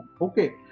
okay